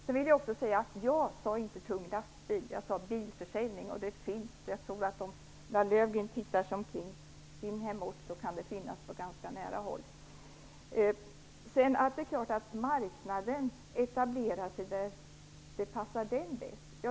Jag vill också säga att jag inte talade om tunga lastbilar utan om bilförsäljning. Om Ulla Löfgren ser sig omkring på sin hemort tror jag att hon kan finna sådan försäljning på ganska nära håll. Det är klart att marknaden etablerar sig där det passar den bäst.